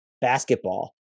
basketball